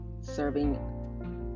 serving